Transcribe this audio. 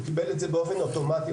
הוא קיבל את זה באופן אוטומטי,